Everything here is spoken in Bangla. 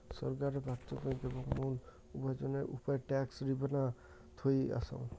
ছরকারের প্রাথমিক এবং মুল উপার্জনের উপায় ট্যাক্স রেভেন্যু থুই অসাং